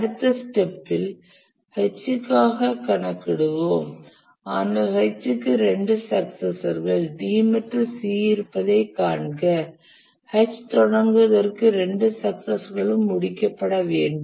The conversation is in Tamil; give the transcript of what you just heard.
அடுத்த ஸ்டெப்பில் H க்காக கணக்கிடுவோம் ஆனால் H க்கு இரண்டு சக்சசர்கள் D மற்றும் C இருப்பதைக் காண்க H தொடங்குவதற்கு இரண்டு சக்சசர் களும் முடிக்க பட வேண்டும்